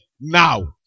now